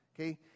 okay